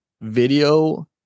Video